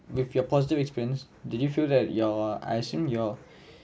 with your positive experience did you feel that your I assume your